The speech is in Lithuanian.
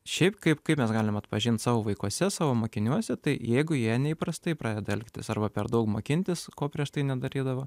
šiaip kaip kaip mes galim atpažinti savo vaikuose savo mokiniuose tai jeigu jie neįprastai pradeda elgtis arba per daug mokintis ko prieš tai nedarydavo